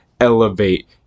elevate